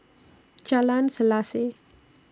Jalan Selaseh